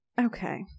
Okay